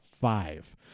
five